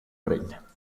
reina